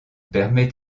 permet